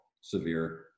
severe